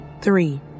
three